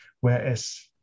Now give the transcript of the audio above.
whereas